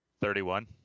Thirty-one